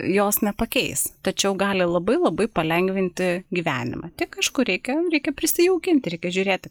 jos nepakeis tačiau gali labai labai palengvinti gyvenimą tik kažkur reikia reikia prisijaukinti reikia žiūrėti